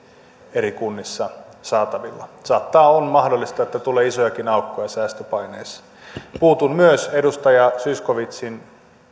eri kunnissa saatavilla saattaa olla mahdollista että tulee isojakin aukkoja säästöpaineissa puutun myös edustaja zyskowiczin